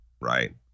right